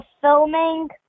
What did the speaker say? filming